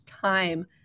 time